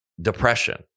depression